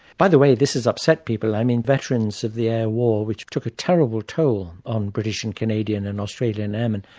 by the way, this has upset people, i mean veterans of the air war, which took a terrible toll on british and canadian and australian airmen,